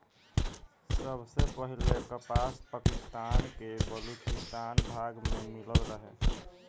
सबसे पहिले कपास पाकिस्तान के बलूचिस्तान भाग में मिलल रहे